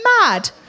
mad